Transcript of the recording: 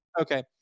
okay